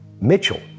Mitchell